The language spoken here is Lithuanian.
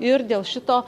ir dėl šito